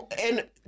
And-